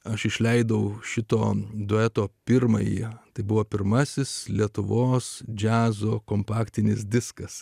aš išleidau šito dueto pirmąją tai buvo pirmasis lietuvos džiazo kompaktinis diskas